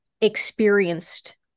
experienced